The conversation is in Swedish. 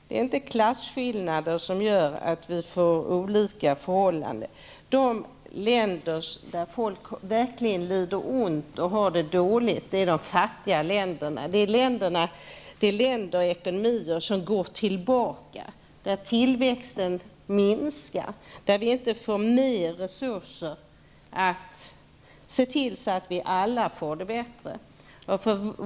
Det är inte klasskillnaderna som gör att det blir olika förhållanden. Länder där folk verkligen lider och har det dåligt ställt är fattiga länder. Det är länder där det går bakåt i fråga om ekonomin, där tillväxten minskar. Här blir det inte fler resurser, och sådana behövs ju för att alla skall få det bättre.